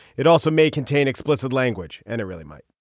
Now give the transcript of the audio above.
it also may contain explicit language and it really might